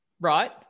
right